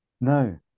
no